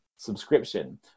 subscription